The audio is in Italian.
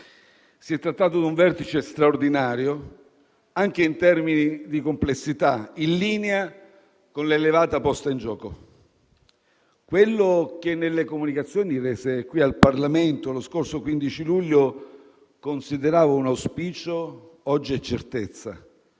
Si è trattato di un vertice straordinario anche in termini di complessità, in linea con l'elevata posta in gioco. Quello che nelle comunicazioni rese qui al Parlamento lo scorso 15 luglio consideravo un auspicio oggi è certezza.